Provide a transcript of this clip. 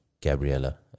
Gabriella